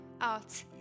out